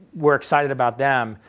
we're excited about them.